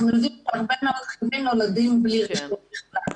אנחנו יודעים שהרבה מאוד כלבים נולדים בלי רישום בכלל.